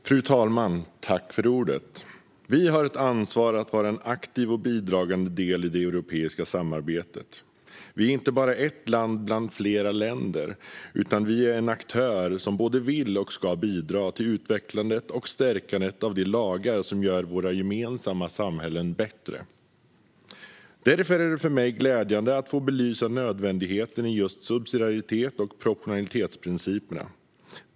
Fru talman! Vi har ett ansvar att vara en aktiv och bidragande del i det europeiska samarbetet. Vi är inte bara ett land bland flera länder, utan vi är en aktör som både vill och ska bidra till utvecklandet och stärkandet av de lagar som gör våra gemensamma samhällen bättre. Därför är det för mig glädjande att få belysa nödvändigheten i just subsidiaritets och proportionalitetsprinciperna.